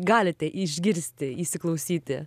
galite išgirsti įsiklausyti